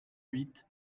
huit